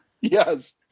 Yes